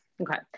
Okay